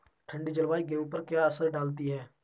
ठंडी जलवायु गेहूँ पर क्या असर डालती है?